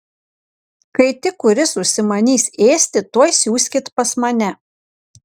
kai tik kuris užsimanys ėsti tuoj siųskit pas mane